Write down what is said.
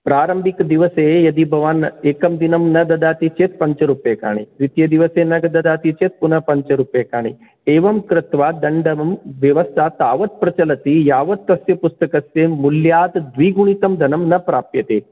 प्रारम्भिक् दिवसे यदि भवान् एकं दिनं न ददाति चेत् पञ्चरूप्यकाणि द्वितीयदिवसे न ददाति चेत् पुनः पञ्चरूप्यकाणि एवं कृत्वा दण्डमं व्यवस्था तावत् प्रचलति यावत् तस्य पुस्तकस्य मूल्यात् द्विगुणितं धनं न प्राप्यते